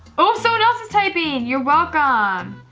oh, someone else is typing. you're welcome,